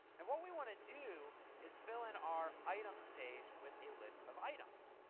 and what we want to do is fill in our items page with a list of items.